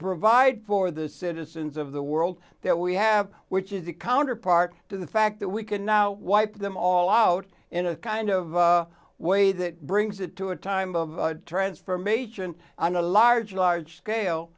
provide for the citizens of the world that we have which is the counterpart to the fact that we can now wipe them all out in a kind of way that brings it to a time of transformation on a large large scale